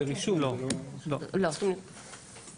יש איזו שהיא